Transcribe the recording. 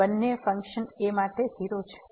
તેથી બંને function a માટે 0 છે